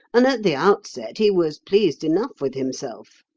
and at the outset he was pleased enough with himself.